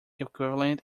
equivalent